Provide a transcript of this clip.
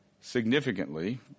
Significantly